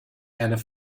and